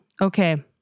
Okay